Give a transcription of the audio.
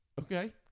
okay